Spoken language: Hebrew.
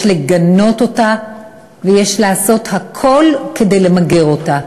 יש לגנות אותה ויש לעשות הכול כדי למגר אותה.